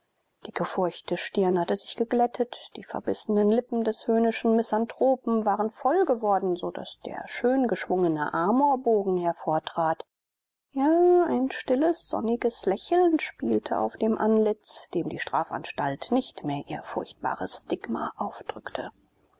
die gefurchte stirn hatte sich geglättet die verbissenen lippen des höhnischen misanthropen waren voll geworden so daß der schön geschwungene amorbogen hervortrat ja ein stilles sonniges lächeln spielte auf dem antlitz dem die strafanstalt nicht mehr ihr furchtbares stigma aufdrückte